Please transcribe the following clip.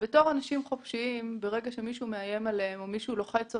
ברגע שמישהו מאיים עליהם או מישהו לוחץ אותם,